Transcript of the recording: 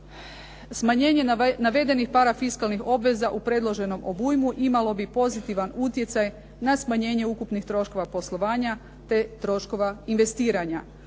Smanjenje navedenih parafiskalnih obveza u predloženom obujmu imalo bi pozitivan utjecaj na smanjenje ukupnih troškova poslovanja te troškova investiranja.